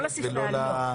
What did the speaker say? לא לספרייה הלאומית.